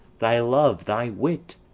thy love, thy wit.